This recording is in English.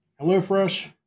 HelloFresh